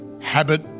habit